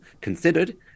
considered